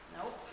Nope